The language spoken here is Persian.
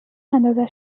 انداز